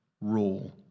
rule